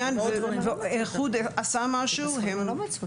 האיחוד עשה משהו נגד הרשות?